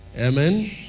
Amen